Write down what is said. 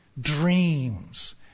dreams